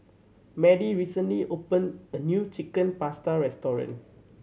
Madie recently opened a new Chicken Pasta restaurant